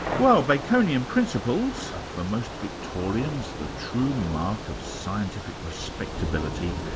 well baconian principles, for most victorians, the true mark of scientific respectability,